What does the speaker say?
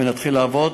נתחיל לעבוד,